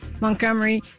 Montgomery